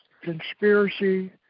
Conspiracy